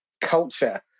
culture